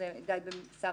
די בשר